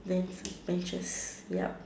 then flat benches yup